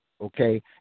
okay